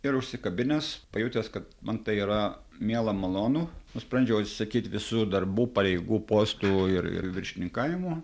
ir užsikabinęs pajutęs kad man tai yra miela malonu nusprendžiau atsisakyt visų darbų pareigų postų ir ir viršininkavimų